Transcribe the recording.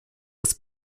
des